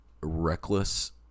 reckless